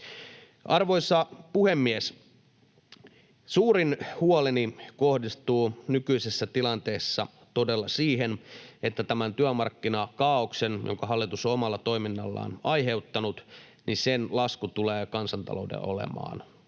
Arvoisa puhemies! Suurin huoleni kohdistuu nykyisessä tilanteessa todella siihen, että tämän työmarkkinakaaoksen, jonka hallitus omalla toiminnallaan on aiheuttanut, lasku tulee kansantaloudelle olemaan